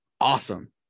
awesome